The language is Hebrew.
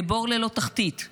כבור ללא תחתית,